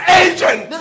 agent